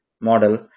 model